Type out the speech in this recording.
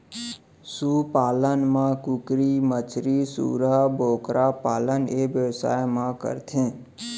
सु पालन म कुकरी, मछरी, सूरा, बोकरा पालन ए बेवसाय म करथे